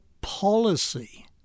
policy